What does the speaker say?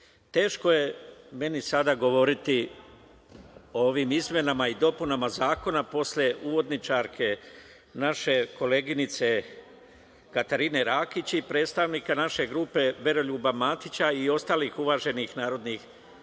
teško je meni sada govoriti o ovim izmenama i dopunama zakona posle uvodničarke, naše koleginice Katarine Rakić i predstavnika naše grupe Veroljuba Matića i ostalih uvaženih narodnih